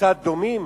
קצת דומים,